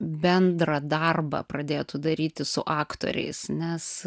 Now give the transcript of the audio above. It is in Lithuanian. bendrą darbą pradėtų daryti su aktoriais nes